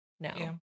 No